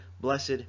blessed